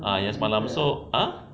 ah yang semalam so ah